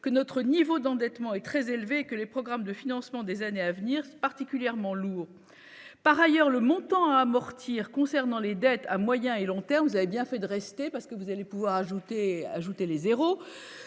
que notre niveau d'endettement est très élevé, que les programmes de financement des années à venir, particulièrement lourd, par ailleurs, le montant amortir concernant les dettes à moyen et long terme, vous avez bien fait de rester parce que vous allez pouvoir ajouter ajouter